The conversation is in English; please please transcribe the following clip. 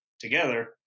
together